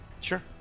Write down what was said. Sure